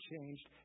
changed